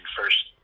first